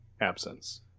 absence